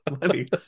money